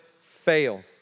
fail